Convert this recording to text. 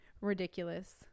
ridiculous